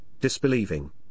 disbelieving